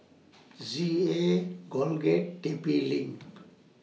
Z A Colgate T P LINK